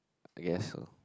I guess